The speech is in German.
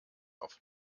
auf